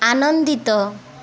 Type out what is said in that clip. ଆନନ୍ଦିତ